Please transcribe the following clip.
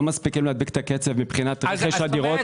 מספיקים להדביק את הקצב מבחינת רכש הדירות.